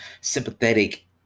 sympathetic